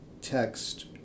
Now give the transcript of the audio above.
text